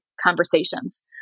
conversations